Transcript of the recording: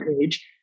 page